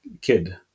kid